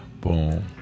Boom